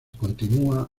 continúa